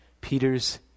Peter's